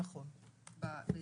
נכון.